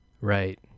Right